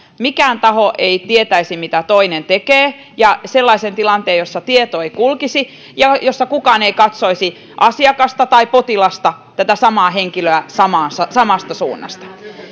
mikään taho ei tietäisi mitä toinen tekee ja sellaisen tilanteen jossa tieto ei kulkisi ja jossa kukaan ei katsoisi asiakasta tai potilasta tätä samaa henkilöä samasta suunnasta